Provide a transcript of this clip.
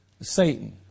Satan